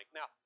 Now